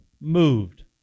moved